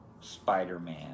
Spider-Man